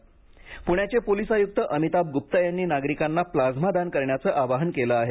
plasma दान पुण्याचे police आयुक्त अमिताभ गुप्ता यांनी नागरिकांना प्लास्मा दान करण्याचं आवाहन केले आहे